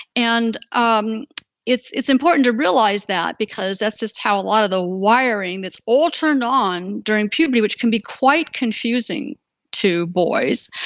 and um it's it's important to realize that, because that's just how a lot of the wiring that's all turned on during puberty, which can be quite confusing to boys.